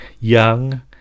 young